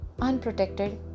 unprotected